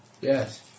Yes